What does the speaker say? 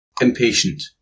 Impatient